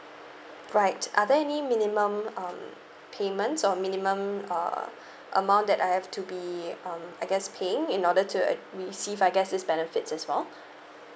right are there any minimum um payments or minimum uh amount that I have to be um I guess paying in order to uh receive I guess this benefits as well